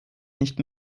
nicht